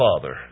Father